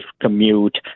commute